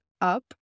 up